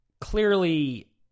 clearly